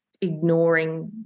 ignoring